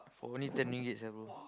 only ten ringgit sia bro